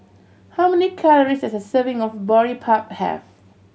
how many calories does a serving of Boribap have